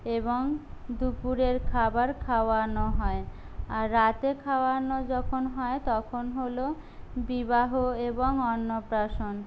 এবং দুপুরের খাবার খাওয়ানো হয় আর রাতে খাওয়ানো যখন হয় তখন হল বিবাহ এবং অন্নপ্রাশন